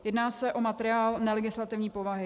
Jedná se o materiál nelegislativní povahy.